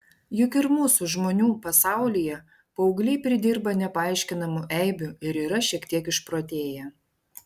juk ir mūsų žmonių pasaulyje paaugliai pridirba nepaaiškinamų eibių ir yra šiek tiek išprotėję